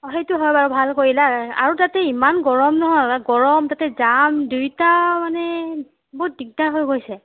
অঁ সেইটো হয় বাৰু ভাল কৰিলা আৰু তাতে ইমান গৰম নহয় গৰম তাতে জাম দুইটা মানে বহুত দিগদাৰ হৈ গৈছে